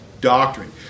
doctrine